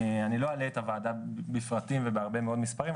אני לא אלאה הוועדה בפרטים ובהרבה מאוד מספרים,